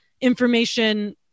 information